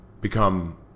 become